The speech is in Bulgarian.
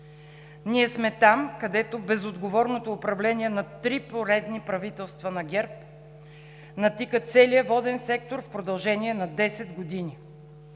Ние сме там, където безотговорното управление на три поредни правителства на ГЕРБ натика целия воден сектор в продължение на 10 години.